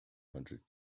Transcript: hundred